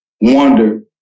wonder